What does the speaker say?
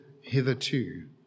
hitherto